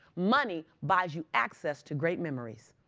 money buys you access to great memories.